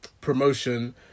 promotion